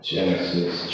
Genesis